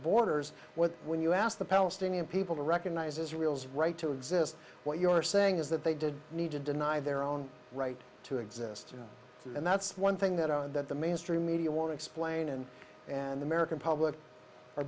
borders what when you ask the palestinian people to recognize israel's right to exist what you are saying is that they did need to deny their own right to exist and that's one thing that our that the mainstream media want explain and and the american public